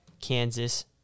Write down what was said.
Kansas